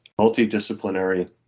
multidisciplinary